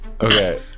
Okay